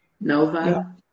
Nova